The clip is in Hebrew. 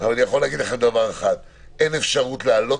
תרכזי את הדבר הזה כי יש פה באמת הרבה היבטים משפטיים שנצטרך לעבור